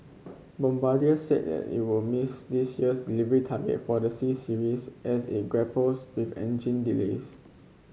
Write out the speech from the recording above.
bombardier said that it will miss this year's delivery target for the C Series as it grapples with engine delays